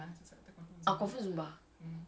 okay